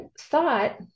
thought